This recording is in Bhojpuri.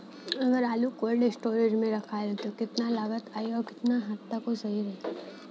अगर आलू कोल्ड स्टोरेज में रखायल त कितना लागत आई अउर कितना हद तक उ सही रही?